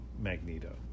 Magneto